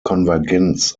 konvergenz